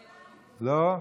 לא?